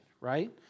right